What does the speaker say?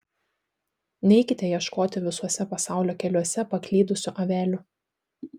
neikite ieškoti visuose pasaulio keliuose paklydusių avelių